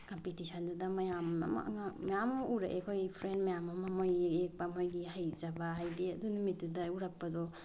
ꯀꯝꯄꯤꯇꯤꯁꯟꯗꯨꯗ ꯃꯌꯥꯝ ꯃꯌꯥꯝ ꯑꯃ ꯎꯔꯦ ꯑꯩꯈꯣꯏ ꯐ꯭ꯔꯦꯟ ꯃꯌꯥꯝ ꯑꯃ ꯃꯣꯏꯅ ꯌꯦꯛꯄ ꯃꯣꯏꯒꯤ ꯍꯩꯖꯕ ꯍꯥꯏꯗꯤ ꯑꯗꯨ ꯅꯨꯃꯤꯠꯇꯨꯗ ꯎꯔꯛꯄꯗꯣ